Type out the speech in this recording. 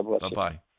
Bye-bye